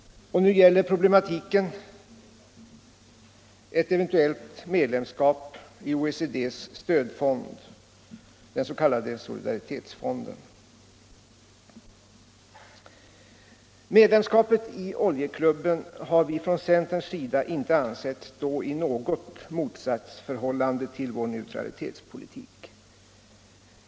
Och nu gäller problematiken ett eventuellt medlemskap i OECD:s stödfond, den s.k. solidaritetsfonden. Medlemskapet i oljeklubben har vi från centerns sida inte ansett stå i något motsatsförhållande till vår neutralitetspolitik.